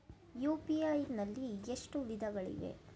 UPI ನಲ್ಲಿ ಎಷ್ಟು ವಿಧಗಳಿವೆ?